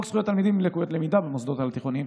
4. חוק זכויות תלמידים עם לקויות למידה במוסדות על תיכוניים,